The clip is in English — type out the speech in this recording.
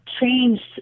changed